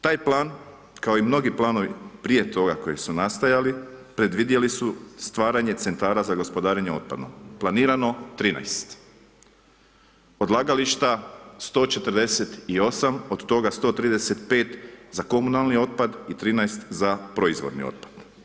Taj plan kao i mnogi planovi prije toga koji su nastajali, predvidjeli su stvaranje centara za gospodarenje otpadom, planirano 13, odlagališta 148 od toga 135 za komunalni otpad i 13 za proizvodni otpad.